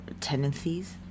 tendencies